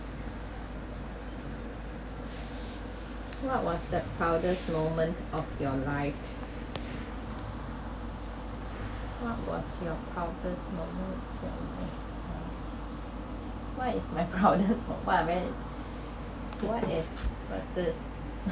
what was the proudest moment of your life what was your proudest moment of your life what is my proudest moment wha~ when what is proudest